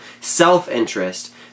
self-interest